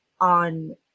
on